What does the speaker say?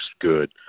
good